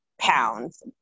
pounds